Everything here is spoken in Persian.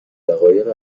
دقایق